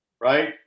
right